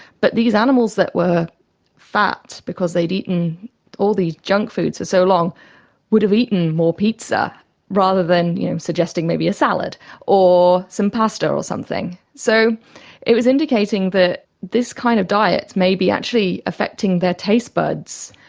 but these animals that were fat because they'd eaten all these junk foods for so long would have eaten more pizza rather than suggesting maybe a salad or some pasta or something. so it was indicating that this kind of diet may be actually affecting their taste buds.